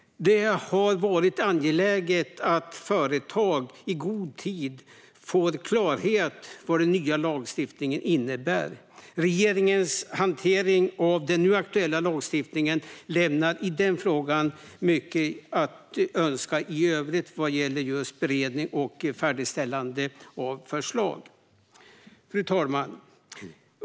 Det har varit angeläget att företag i god tid får klarhet i vad den nya lagstiftningen innebär. Regeringens hantering av den nu aktuella lagstiftningen lämnar i denna fråga mycket i övrigt att önska vad gäller just beredning och färdigställande av förslag. Fru talman!